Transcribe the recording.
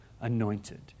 anointed